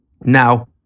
Now